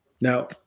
Now